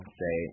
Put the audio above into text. say